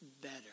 better